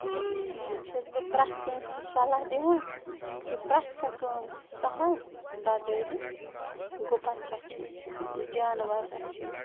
تہٕ اس لیے چھَس بہٕ پرٛٮ۪تھ کٲنٛسہِ یہِ صلح دِوان کہِ پرٛٮ۪تھ کانٛہہ کٲم چھِ سہَل بغٲرِ گُپَن رَچھٕنۍ جانوَر رَچھٕنۍ